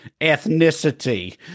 ethnicity